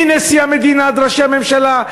מנשיא המדינה עד ראשי הממשלה.